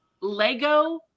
Lego